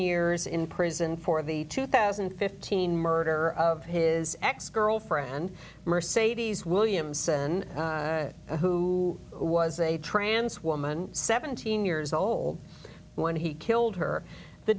years in prison for the two thousand and fifteen murder of his ex girlfriend mercedes williamson who was a trans woman seventeen years old when he killed her the